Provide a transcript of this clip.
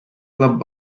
club